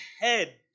head